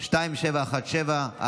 פ/2717/25.